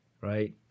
right